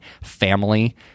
family